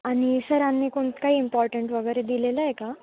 आणि सरांनी कोणतं काही इम्पॉर्टंट वगैरे दिलेलं आहे का